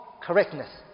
correctness